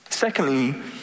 Secondly